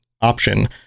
option